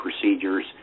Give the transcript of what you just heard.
procedures